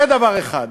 זה דבר אחד.